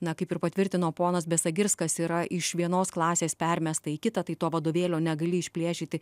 na kaip ir patvirtino ponas besagirskas yra iš vienos klasės permesta į kitą tai to vadovėlio negali išplėšyti